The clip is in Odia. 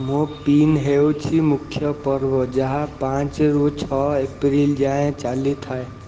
ମୋପିନ୍ ହେଉଛି ମୁଖ୍ୟ ପର୍ବ ଯାହା ପାଞ୍ଚରୁ ଛଅ ଏପ୍ରିଲ ଯାଏଁ ଚାଲିଥାଏ